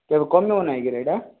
କେବେ କରିନୁ ନାଇଁ କିରେ ଏଇଟା